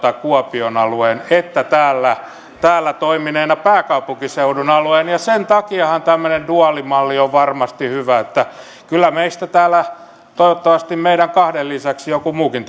kuopion alueen että täällä täällä toimineena pääkaupunkiseudun alueen ja sen takiahan tämmöinen duaalimalli on varmasti hyvä eli kyllä meistä täällä toivottavasti meidän kahden lisäksi joku muukin